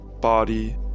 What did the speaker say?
body